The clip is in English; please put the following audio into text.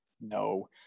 no